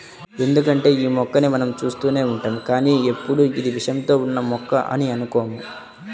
ఎందుకంటే యీ మొక్కని మనం చూస్తూనే ఉంటాం కానీ ఎప్పుడూ ఇది విషంతో ఉన్న మొక్క అని అనుకోము